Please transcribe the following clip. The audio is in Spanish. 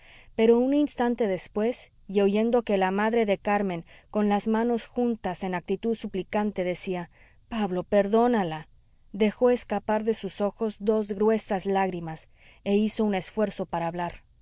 pero un instante después y oyendo que la madre de carmen con las manos juntas en actitud suplicante decía pablo perdónala dejó escapar de sus ojos dos gruesas lágrimas e hizo un esfuerzo para hablar